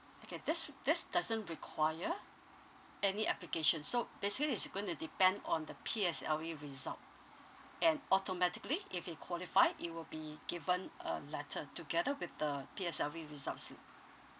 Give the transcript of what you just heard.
okay this this doesn't require any application so basically is going to depend on the P_S_L_E result and automatically if he qualify it will be given a letter together with the P_S_L_E result slip